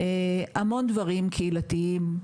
המון דברים קהילתיים.